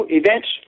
events